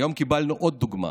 היום קיבלנו עוד דוגמה